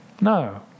No